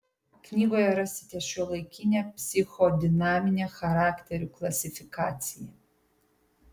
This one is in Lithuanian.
knygoje rasite šiuolaikinę psichodinaminę charakterių klasifikaciją